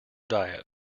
diet